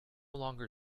longer